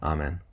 Amen